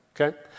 Okay